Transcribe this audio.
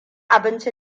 abinci